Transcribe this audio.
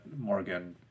Morgan